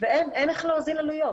ואין איך להוזיל עלויות.